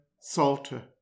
Salter